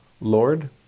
Lord